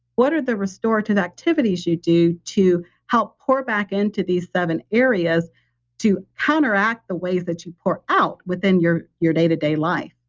what are the restorative activities you do to help pour back into these seven areas to counteract the ways that you pour out within your your day to day life.